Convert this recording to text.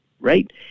Right